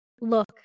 look